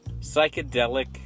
psychedelic